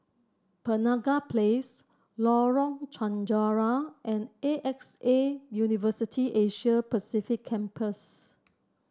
Penaga Place Lorong Chencharu and A X A University Asia Pacific Campus